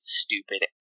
stupid